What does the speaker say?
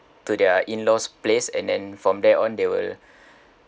to their in-law's place and then from there on they will